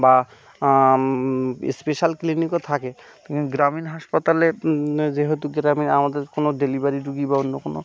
বা স্পেশাল ক্লিনিকও থাকে গ্রামীণ হাসপাতালে যেহেতু গ্রামে আমাদের কোনো ডেলিভারি রোগী বা অন্য কোনো